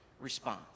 response